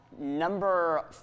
number